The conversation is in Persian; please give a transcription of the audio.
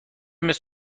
مثل